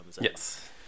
Yes